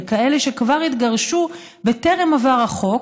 לכאלה שכבר התגרשו בטרם עבר החוק,